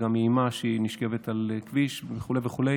והיא גם איימה שהיא נשכבת על הכביש וכו'.